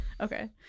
okay